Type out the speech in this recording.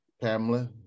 Pamela